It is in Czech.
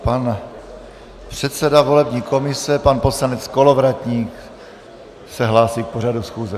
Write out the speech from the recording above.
Pan předseda volební komise pan poslanec Kolovratník se hlásí k pořadu schůze.